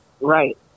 Right